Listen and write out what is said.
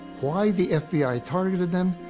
why the fbi targeted them?